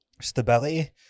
Stability